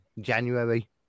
January